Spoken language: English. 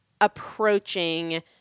approaching